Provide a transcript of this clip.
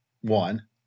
one